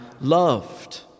loved